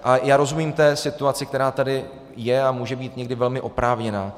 A já rozumím té situaci, která tady je a může být někdy velmi oprávněná.